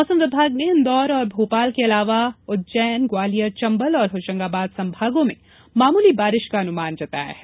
मौसम विभाग ने इन्दौर और भोपाल के अलावा उज्जैन ग्वालियर चंबल और होशंगाबाद संभागों में मामूली बारिश का अनुमान जताया गया है